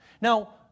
Now